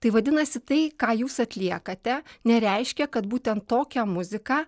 tai vadinasi tai ką jūs atliekate nereiškia kad būtent tokią muziką